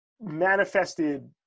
manifested